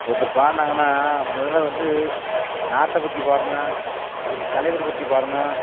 ஒருத்தர் பாடுனாங்கன்னா முதல்ல வந்து நாட்டை பற்றி பாடணும் ஒரு தலைவர் பற்றி பாடணும்